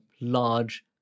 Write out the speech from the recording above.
large